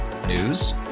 News